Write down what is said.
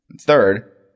Third